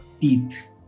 teeth